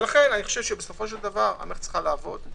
לכן בסופו של דבר המערכת צריכה לעבוד,